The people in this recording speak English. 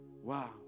Wow